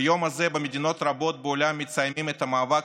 ביום הזה במדינות רבות בעולם מציינים את המאבק